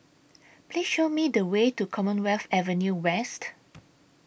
Please Show Me The Way to Commonwealth Avenue West